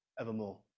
evermore